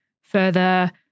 further